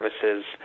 services